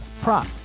prop